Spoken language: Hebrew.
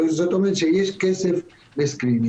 זאת אומרת שיש כסף לסקרינינג.